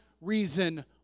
reason